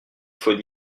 faut